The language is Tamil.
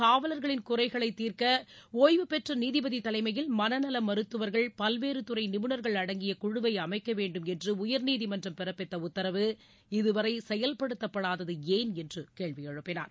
காவலர்களின் குறைகளை தீர்க்க ஒய்வுபெற்ற நீதிபதி தலைமையில் மனநல மருத்துவர்கள் பல்வேறு துறை நிபுணர்கள் அடங்கிய குழுவை அமைக்கவேண்டும் என்று உயர்நீதிமன்றம் பிறப்பித்த உத்தரவு இதுவரை செயல்படுத்தப்படாதது ஏன் என்று கேள்வி எழுப்பினார்